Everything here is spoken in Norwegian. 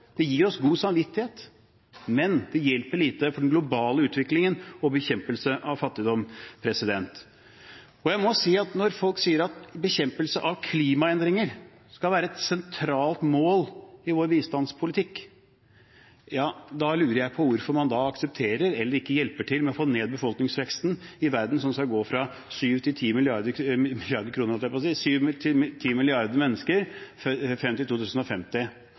Det gir oss god samvittighet, men det hjelper lite for den globale utviklingen og bekjempelse av fattigdom. Jeg må si at når folk sier at bekjempelse av klimaendringer skal være et sentralt mål i vår bistandspolitikk, lurer jeg på hvorfor man aksepterer – eller ikke hjelper til med å få ned – befolkningsveksten i verden, som skal gå fra 7 til 10 milliarder mennesker frem til 2050.